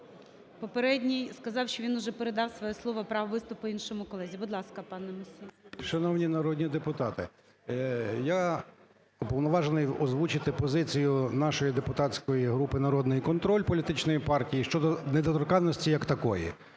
попередній сказав, що він уже передав слово, право виступу іншому колезі. Будь ласка, пане Мусій. 16:53:18 МУСІЙ О.С. Шановні народні депутати, я уповноважений озвучити позицію нашої депутатської групи "Народний контроль" політичної партії щодо недоторканності як такої.